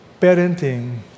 parenting